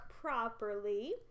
properly